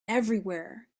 everywhere